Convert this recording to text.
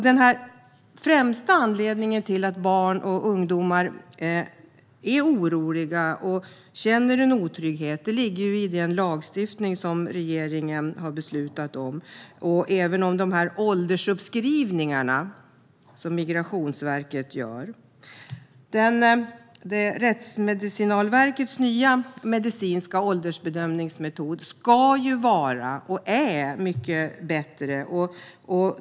Den främsta anledningen till att barn och ungdomar är oroliga och känner en otrygghet ligger i den lagstiftning som regeringen har beslutat om och även de åldersuppskrivningar som Migrationsverket gör. Rättsmedicinalverkets nya metod för medicinsk åldersbedömning ska vara och är mycket bättre.